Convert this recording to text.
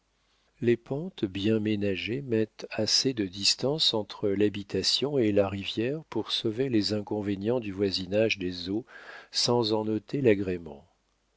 les pentes bien ménagées mettent assez de distance entre l'habitation et la rivière pour sauver les inconvénients du voisinage des eaux sans en ôter l'agrément